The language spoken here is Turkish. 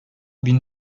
bin